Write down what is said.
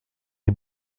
est